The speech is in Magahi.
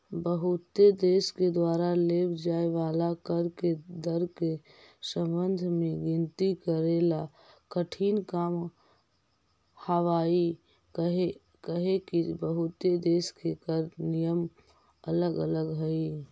बहुते देश के द्वारा लेव जाए वाला कर के दर के संबंध में गिनती करेला कठिन काम हावहई काहेकि बहुते देश के कर नियम अलग अलग हई